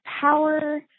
power